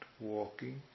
walking